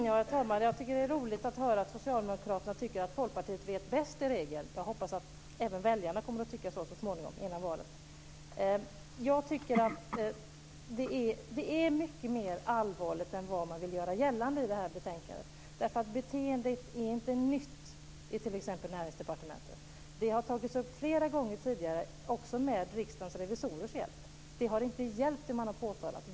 Herr talman! Det är roligt att höra att socialdemokraterna tycker att Folkpartiet i regel vet bäst. Jag hoppas att även väljarna kommer att tycka det i valet. Det är mycket mer allvarligt än vad man vill göra gällande i betänkandet. Beteendet i Näringsdepartementets är inte nytt. Det har tagits upp flera gånger tidigare, också med Riksdagens revisorers hjälp, men det som har påtalats har inte åtgärdats.